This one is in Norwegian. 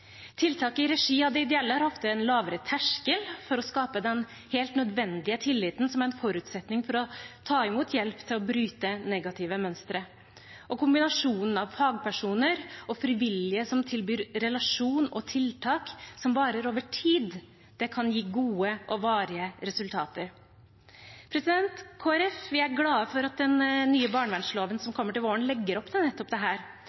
i regi av ideelle har ofte en lavere terskel for å skape den helt nødvendige tilliten som er en forutsetning for å ta imot hjelp for å bryte negative mønstre. Kombinasjonen av fagpersoner og frivillige som tilbyr relasjoner og tiltak som varer over tid, kan gi gode og varige resultater. Kristelig Folkeparti er glad for at den nye barnevernsloven som kommer til våren, legger opp til nettopp